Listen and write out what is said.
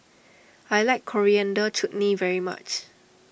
I like Coriander Chutney very much